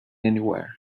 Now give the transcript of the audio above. anywhere